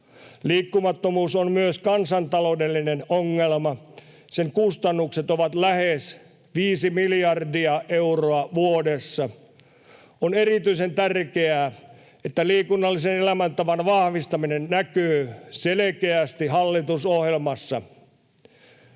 Liikkumattomuus on myös kansantaloudellinen ongelma: sen kustannukset ovat lähes viisi miljardia euroa vuodessa. On erityisen tärkeää, että liikunnallisen elämäntavan vahvistaminen näkyy selkeästi hallitusohjelmassa.